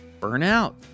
burnout